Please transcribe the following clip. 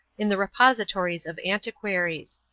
in the repositories of antiquaries.